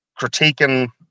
critiquing